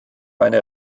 meine